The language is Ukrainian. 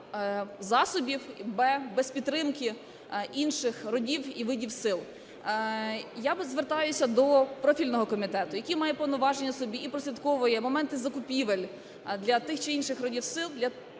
без підтримки інших родів і видів сил. Я звертаюся до профільного комітету, які має повноваження особі і прослідковує моменти закупівель для тих чи інших родів сил, для